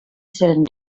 cylinder